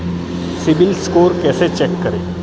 CIBIL score कैसे check करें?